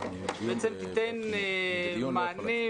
מייעצת שתיתן מענה,